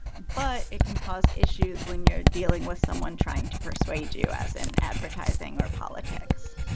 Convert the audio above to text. but it can cause issues when you are dealing with someone trying to persuade you, as in advertising or politics.